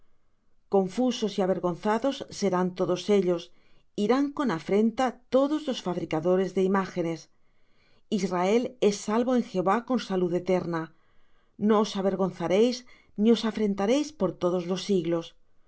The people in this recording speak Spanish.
confusos y avergonzados serán todos ellos irán con afrenta todos los fabricadores de imágenes israel es salvo en jehová con salud eterna no os avergonzaréis ni os afrentaréis por todos los siglos